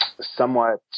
Somewhat